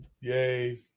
Yay